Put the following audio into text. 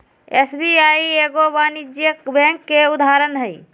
SBI एगो वाणिज्यिक bank के उदाहरण हइ